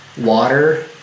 water